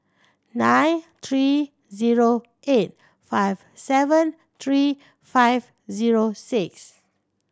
nine three zero eight five seven three five zero six